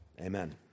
Amen